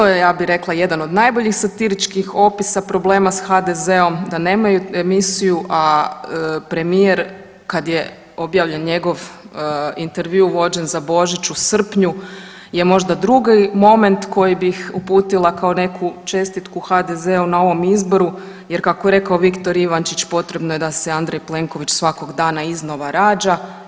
To je ja bi rekla jedan od najboljih satiričkih opisa problema s HDZ-om da nemaju emisiju, a premijer kad je objavljen njegov intervju vođen za Božić u srpnju je možda drugi moment koji bih uputila kao neku čestitku HDZ-u na ovom izboru jer kako je rekao Viktor Ivančić potrebno je da se Andrej Plenković svakog dana iznova rađa.